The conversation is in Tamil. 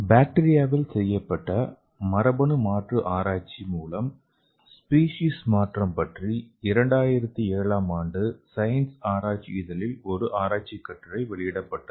பாக்டீரியாவில் செய்யப்பட்ட மரபணு மாற்று ஆராய்ச்சி மூலம் ஸ்பீஸிஸ் மாற்றம் பற்றி 2007 ஆம் ஆண்டு சயன்ஸ் ஆராய்ச்சி இதழில் ஒரு ஆராய்ச்சிக் கட்டுரை வெளியிடப்பட்டது